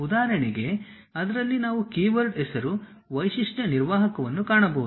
ಉದಾಹರಣೆಗೆ ಅದರಲ್ಲಿ ನಾವು ಕೀವರ್ಡ್ ಹೆಸರು ವೈಶಿಷ್ಟ್ಯ ನಿರ್ವಾಹಕವನ್ನು ಕಾಣಬಹುದು